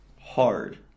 hard